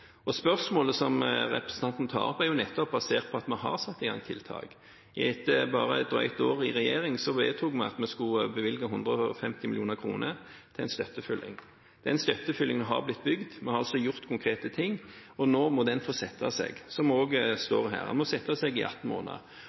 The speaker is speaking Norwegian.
Spørsmålet som representanten tar opp, er nettopp basert på at vi har satt i gang tiltak. Etter bare ett år i regjering vedtok vi at vi skulle bevilge 150 mill. kr til en støttefylling. Den støttefyllingen har blitt bygd, vi har altså gjort konkrete ting. Nå må den få sette seg, som det også står her – den må sette seg i 18 måneder.